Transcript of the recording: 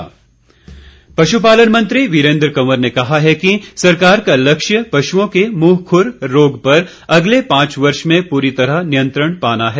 मुंह खुर रोग पशुपालन मंत्री वीरेंद्र कंवर ने कहा है कि सरकार का लक्ष्य पशुओं के मुंह खुर रोग पर अगले पांच वर्ष में पूरी तरह नियंत्रण पाना है